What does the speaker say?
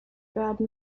werden